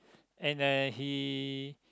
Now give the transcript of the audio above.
and uh he